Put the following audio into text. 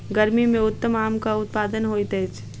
गर्मी मे उत्तम आमक उत्पादन होइत अछि